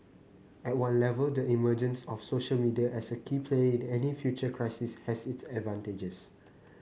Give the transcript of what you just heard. at one level the emergence of social media as a key player in any future crisis has its advantages